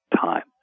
time